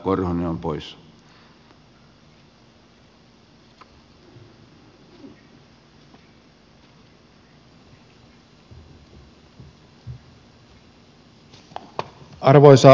arvoisa herra puhemies